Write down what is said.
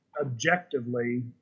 objectively